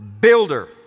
builder